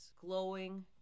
Glowing